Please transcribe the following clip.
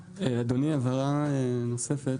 אדוני, הבהרה נוספת.